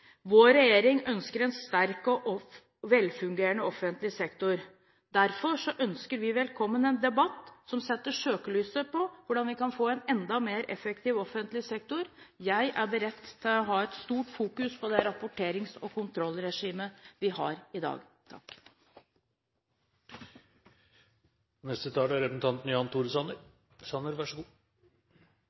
Vår regjering ønsker en sterk og velfungerende offentlig sektor. Derfor ønsker vi velkommen en debatt som setter søkelyset på hvordan vi kan få en enda mer effektiv offentlig sektor. Jeg er beredt til å ha et stort fokus på det rapporterings- og kontrollregimet vi har i dag.